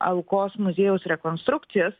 alkos muziejaus rekonstrukcijos